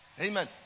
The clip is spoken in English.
Amen